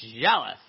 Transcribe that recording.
jealous